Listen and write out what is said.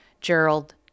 Gerald